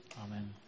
Amen